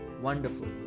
wonderful